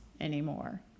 anymore